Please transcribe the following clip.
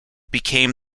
became